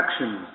actions